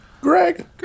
greg